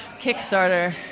Kickstarter